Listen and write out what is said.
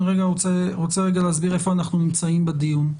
אני רוצה רגע להסביר איפה אנחנו נמצאים בדיון.